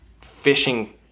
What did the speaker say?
fishing